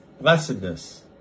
Blessedness